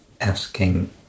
asking